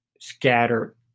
scattered